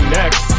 next